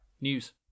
news